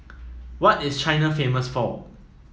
what is China famous for